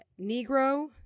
negro